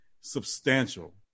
substantial